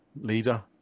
leader